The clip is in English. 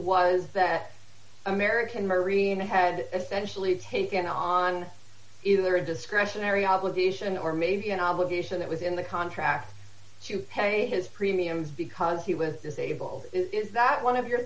was that american marine had actually taken on either a discretionary obligation or maybe an obligation that was in the contract to pay his premium because he with disabled is that one of your